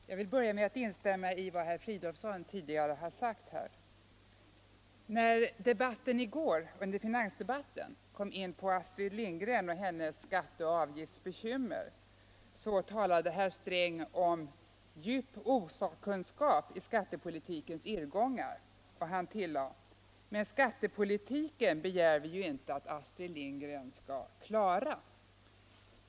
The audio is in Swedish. Fru talman! Jag vill börja med att instämma i vad herr Fridolfsson tidigare sagt. När vi under finansdebatten i går kom in på Astrid Lindgren och hennes skatteoch avgiftsbekymmer så talade herr Sträng om ”djup osakkunskap i skattepolitikens irrgångar” och han tillade ”men skattepolitiken begär vi ju inte att Astrid Lindgren skall klara”.